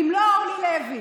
אם לא אורלי לוי